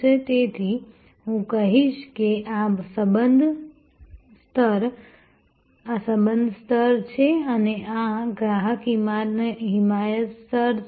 તેથી હું કહીશ કે આ સંબંધ સ્તર છે અને આ ગ્રાહક હિમાયત સ્તર છે